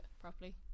properly